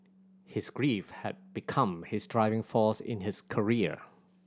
his grief had become his driving force in his career